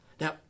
Now